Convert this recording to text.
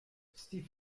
steve